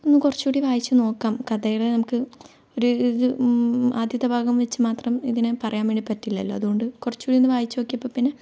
ഒന്ന് കുറച്ചുകൂടി വായിച്ച് നോക്കാം കഥയുടെ നമുക്ക് ഒരു ആദ്യത്തെ ഭാഗം വെച്ച് മാത്രം ഇതിനെ പറയാൻ വേണ്ടി പറ്റില്ലല്ലോ അതുകൊണ്ട് കുറച്ച് കൂടി ഒന്ന് വായിച്ച് നോക്കിയപ്പോൾ പിന്നെ